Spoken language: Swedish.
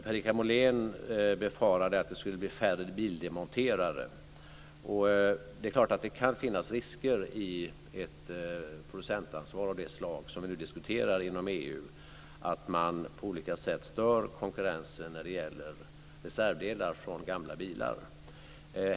Per-Richard Molén befarade att det skulle bli färre bildemonterare. Det är klart att det i ett producentansvar av det slag som vi nu diskuterar inom EU kan finnas risker att man på olika sätt stör konkurrensen när det gäller reservdelar från gamla bilar.